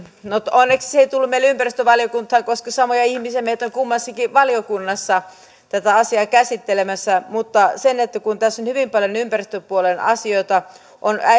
no onneksi se ei tullut meille ympäristövaliokuntaan koska samoja ihmisiä meitä on kummassakin valiokunnassa tätä asiaa käsittelemässä mutta tässä on hyvin paljon ympäristöpuolen asioita on